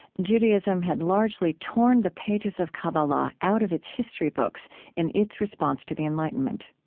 judaism had largely torn the pages of kabbalah out of its history books in its response to the enlightenment